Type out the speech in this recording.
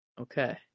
Okay